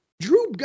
Drew